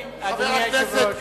חבר הכנסת,